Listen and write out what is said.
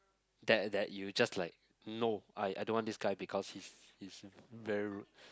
that that you just like no I I don't want this guy because is is very rude